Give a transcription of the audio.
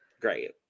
Great